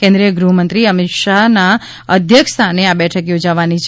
કેન્દ્રીય ગૃહમંત્રી શ્રી અમિતભાઇ શાહના અધ્યક્ષસ્થાને આ બેઠક યોજાવાની છે